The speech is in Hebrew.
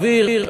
אוויר,